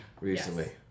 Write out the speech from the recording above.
recently